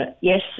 yes